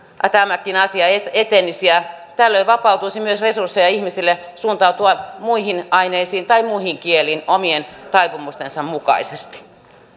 tämäkin asia etenisi tällöin vapautuisi myös resursseja ihmisille suuntautua muihin aineisiin tai muihin kieliin omien taipumustensa mukaisesti